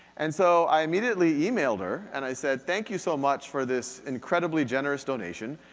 and so, i immediately emailed her and i said thank you so much for this incredibly generous donation.